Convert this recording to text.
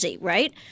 right